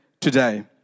today